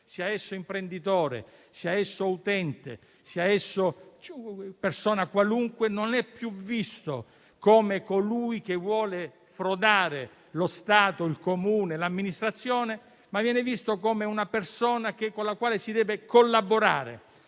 sia esso imprenditore, utente o persona qualunque, non è più visto come colui che vuole frodare lo Stato, il Comune o l'amministrazione: è visto come una persona con la quale si deve collaborare.